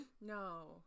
No